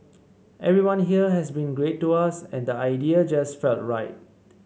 everyone here has been great to us and the idea just felt right